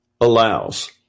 allows